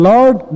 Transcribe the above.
Lord